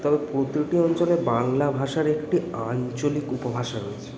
তবে অঞ্চলে বাংলা ভাষার একটি আঞ্চলিক উপভাষা রয়েছে